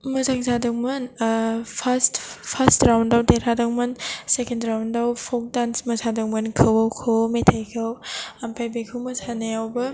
मोजां जादोंमोन first first राउन्डआव देरहादोंमोन सेकेन्द राउन्डआव फ'क दान्स मोसादोंमोन खोवौ खोवौ मेथाइखौ ओमफ्राय बेखौ मोसानायावबो